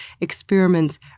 experiments